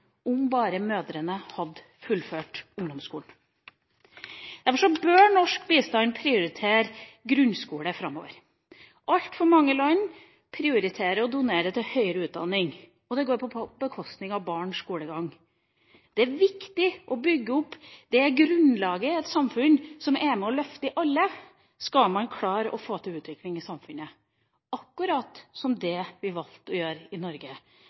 om bare mødrene hadde fullført ungdomsskolen. Derfor bør norsk bistand prioritere grunnskole framover. Altfor mange land prioriterer å donere til høyere utdanning, og det går på bekostning av barns skolegang. Det er viktig å bygge opp det grunnlaget i et samfunn som er med på å løfte alle, skal man klare å få til utvikling i samfunnet – akkurat som vi valgte å gjøre i Norge